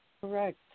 Correct